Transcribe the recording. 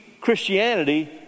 Christianity